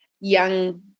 young